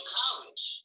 college